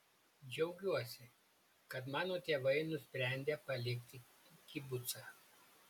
džiaugiuosi kad mano tėvai nusprendė palikti kibucą